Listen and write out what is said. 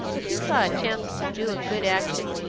if he saw a chance to do a good action,